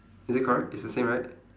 is it correct it's the same right